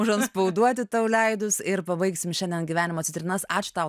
užantspauduoti tau leidus ir pabaigsim šiandien gyvenimo citrinas ačiū tau